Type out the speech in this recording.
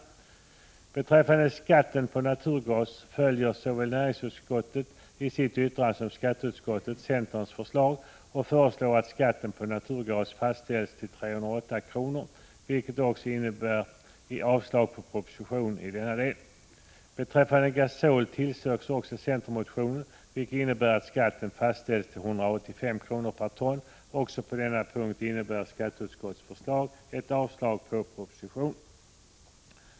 Vad beträffar skatten på naturgas följer såväl näringsutskottet i sitt yttrande som skatteutskottet centerns förslag och föreslår att skatten på naturgas fastställs till 308 kr., vilket också innebär avslag på propositionen i denna del. Beträffande gasol tillstyrks också centermotionen, vilket innebär att skatten fastställs till 185 kr. per ton. Också på denna punkt innebär skatteutskottets förslag ett avslag på propositionen.